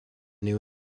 new